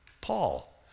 Paul